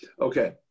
Okay